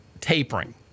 tapering